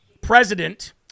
president